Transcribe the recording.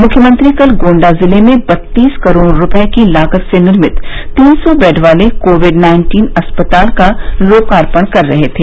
मुख्यमंत्री कल गोण्डा जिले में बत्तीस करोड़ रूपये की लागत से निर्मित तीन सौ बेड वाले कोविड नाइन्टीन अस्पताल का लोकार्पण कर रहे थे